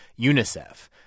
UNICEF